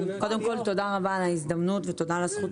קודם כל תודה רבה על ההזדמנות ותודה על הזכות